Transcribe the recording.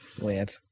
Weird